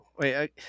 Wait